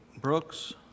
Brooks